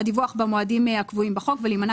על דיווח במועדים הקבועים בחוק ולהימנע